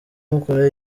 mukora